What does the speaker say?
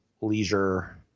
leisure